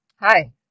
hi